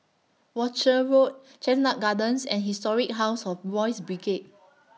Rochor Road Chestnut Gardens and Historic House of Boys' Brigade